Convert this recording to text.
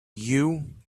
you